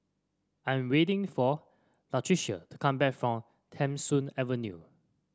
I am waiting for Latricia to come back from Tham Soong Avenue